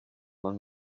man